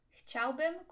Chciałbym